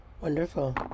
Wonderful